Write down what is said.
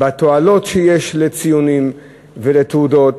בתועלות שיש לציונים ולתעודות.